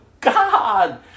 God